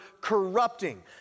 corrupting